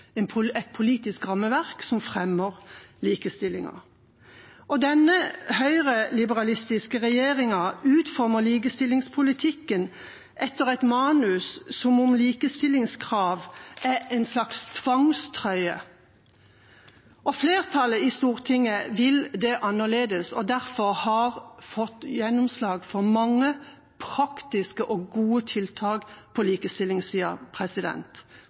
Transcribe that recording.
en slags tvangstrøye. Flertallet i Stortinget vil det annerledes, og derfor har vi fått gjennomslag for mange praktiske og gode tiltak på likestillingssida